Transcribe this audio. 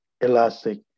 elastic